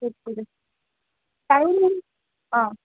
சரி சரி ஆ